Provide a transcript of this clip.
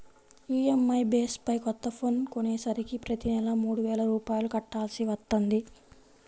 EMI base పై కొత్త phone కొనేసరికి ప్రతి నెలా మూడు వేల రూపాయలు కట్టాల్సి వత్తంది